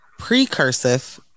precursive